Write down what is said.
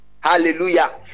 Hallelujah